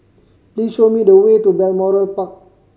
please show me the way to Balmoral Park